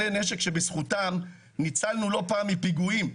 כלי נשק שבזכותם ניצלנו לא פעם מפיגועים,